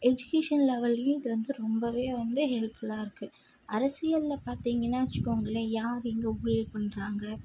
education லெவல்லேயும் இது வந்து ரொம்பவே வந்து ஹெல்ப்ஃபுல்லாக இருக்குது அரசியலில் பார்த்தீங்கன்னா வச்சுக்கோங்களேன் யார் இங்கே ஒபே பண்ணுறாங்க